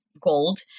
gold